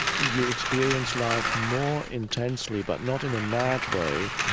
you experience life more intensely. but not in a mad way,